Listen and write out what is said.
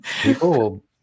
People